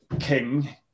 king